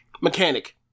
Mechanic